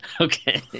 Okay